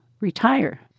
retire